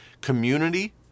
community